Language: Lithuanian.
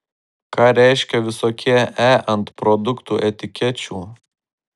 ką reiškia visokie e ant produktų etikečių